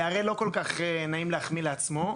להראל לא כל כך נעים להחמיא לעצמו,